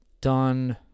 done